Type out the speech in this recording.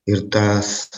ir tas